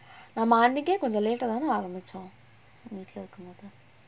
நம்ம அன்னைகே கொஞ்ச:namma annaikkae konja late ah தான ஆரம்பிச்சோம்:thaana aarambichom